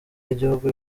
y’igihugu